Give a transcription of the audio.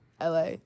la